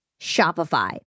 Shopify